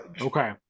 Okay